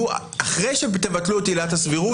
אחרי שתבטלו את עילת הסבירות,